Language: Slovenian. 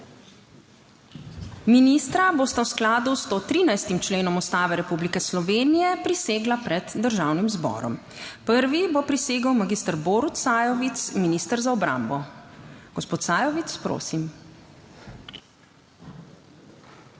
Ministra bosta v skladu s 113. členom Ustave Republike Slovenije prisegla pred Državnim zborom. Prvi bo prisegel magister Borut Sajovic, minister za obrambo, gospod Sajovic. Prosim.